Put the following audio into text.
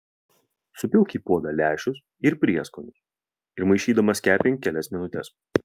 supilk į puodą lęšius ir prieskonius ir maišydamas kepink kelias minutes